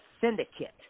syndicate